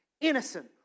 Innocent